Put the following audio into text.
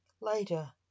later